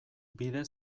bide